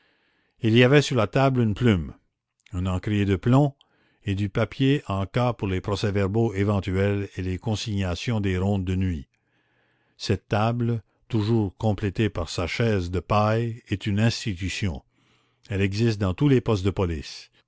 il y avait sur la table une plume un encrier de plomb et du papier en cas pour les procès-verbaux éventuels et les consignations des rondes de nuit cette table toujours complétée par sa chaise de paille est une institution elle existe dans tous les postes de police